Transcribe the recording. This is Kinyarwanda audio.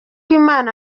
imana